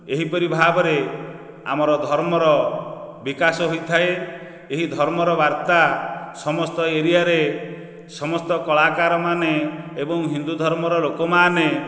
ଏହିପରି ଭାବରେ ଆମର ଧର୍ମର ବିକାଶ ହୋଇଥାଏ ଏହି ଧର୍ମର ବାର୍ତ୍ତା ସମସ୍ତ ଏରିଆରେ ସମସ୍ତ କଳାକାରମାନେ ଏବଂ ହିନ୍ଦୁ ଧର୍ମର ଲୋକମାନେ